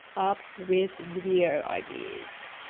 up with video ideas'